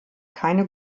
keine